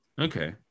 okay